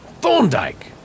Thorndyke